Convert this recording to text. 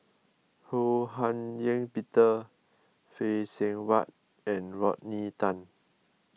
Ho Hak Ean Peter Phay Seng Whatt and Rodney Tan